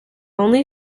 only